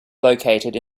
located